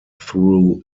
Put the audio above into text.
through